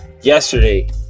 Yesterday